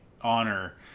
honor